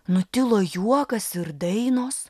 nutilo juokas ir dainos